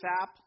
app